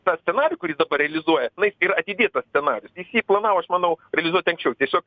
tą scenarijų kurį jis dabar realizuoja na jis yra atidėtas scenarijus jis jį planavo aš manau realizuoti anksčiau tiesiog